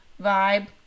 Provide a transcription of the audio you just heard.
vibe